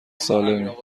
سالمی